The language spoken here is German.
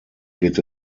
geht